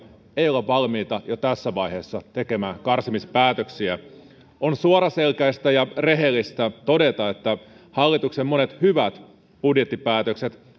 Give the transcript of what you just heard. olla valmiita jo tässä vaiheessa tekemään karsimispäätöksiä on suoraselkäistä ja rehellistä todeta että hallituksen monet hyvät budjettipäätökset